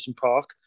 Park